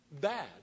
bad